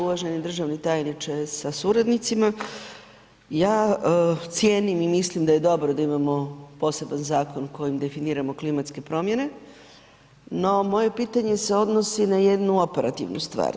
Uvaženi državni tajniče sa suradnicima, ja cijenim i mislim da je dobro da imamo poseban zakon kojim definiramo klimatske promjene, no moje pitanje se odnosi na jednu operativnu stvar.